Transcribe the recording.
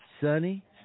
sunny